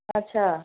अच्छा